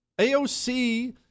AOC